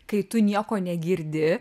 kai tu nieko negirdi